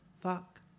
fuck